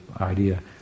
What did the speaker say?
idea